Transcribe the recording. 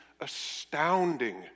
astounding